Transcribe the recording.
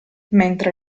mentre